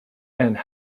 and